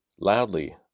loudly